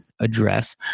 address